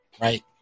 right